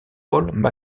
paul